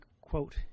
quote